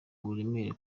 uburemere